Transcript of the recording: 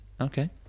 Okay